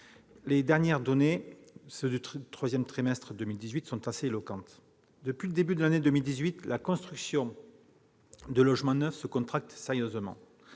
les dernières données, celles du troisième trimestre de 2018, sont assez éloquentes. Depuis le début de l'année, la construction de logements neufs se contracte sérieusement